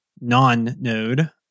non-node